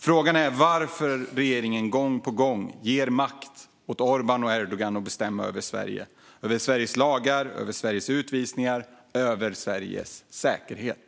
Frågan är varför regeringen gång på gång ger makt åt Orbán och Erdogan att bestämma över Sverige - över Sveriges lagar, Sveriges utvisningar och Sveriges säkerhet.